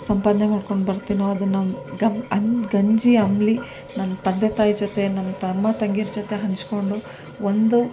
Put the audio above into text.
ಸಂಪಾದನೆ ಮಾಡ್ಕೊಂಡು ಬರ್ತೀನೋ ಅದನ್ನು ಗನ್ ಅನ್ನ ಗಂಜಿ ಅಂಬಲಿ ನನ್ ತಂದೆ ತಾಯಿ ಜೊತೆ ನನ್ನ ತಮ್ಮ ತಂಗೀರ ಜೊತೆ ಹಂಚಿಕೊಂಡು ಒಂದು